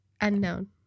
Unknown